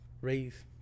raise